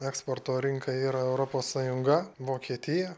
eksporto rinka yra europos sąjunga vokietija